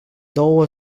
două